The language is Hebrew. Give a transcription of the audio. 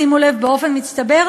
שימו לב: באופן מצטבר,